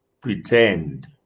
pretend